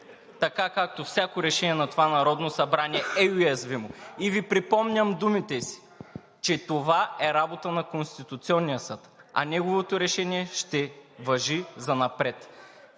така, както всяко решение на това Народно събрание е уязвимо. И Ви припомням думите си, че това е работа на Конституционния съд, а неговото решение ще важи занапред.